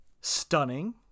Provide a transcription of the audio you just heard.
stunning